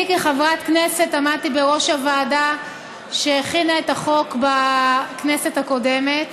אני כחברת כנסת עמדתי בראש הוועדה שהכינה את החוק בכנסת הקודמת